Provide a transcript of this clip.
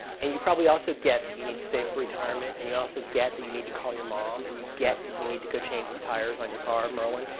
and you probably also get that you need safe for retirement and you also get that you need to call your mom and you get that you need to go change the tires on your car, merlin.